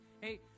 Hey